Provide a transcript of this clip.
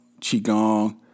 qigong